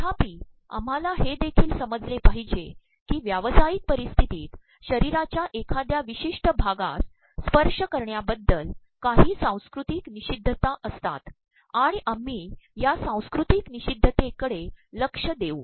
तर्ाप्रप आम्हाला हे देखील समजले पाद्रहजे की व्यावसातयक पररप्स्त्र्तीत शरीराच्या एखाद्या प्रवमशष्ि भागास स्त्पशय करण्याबद्दल काही सांस्त्कृततक तनप्रषद्धता असतात आणण आम्ही या सांस्त्कृततक तनप्रषद्धतेकडे लक्ष देऊ